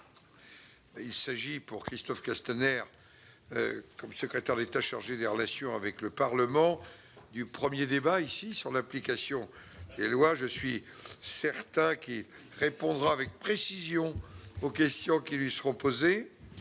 Il s'agit, pour Christophe Castaner, secrétaire d'État chargé des relations avec le Parlement, du premier débat, ici, sur l'application des lois, mais je suis certain qu'il répondra avec précision aux questions qui lui seront posées.